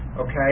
Okay